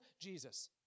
Jesus